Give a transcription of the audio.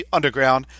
Underground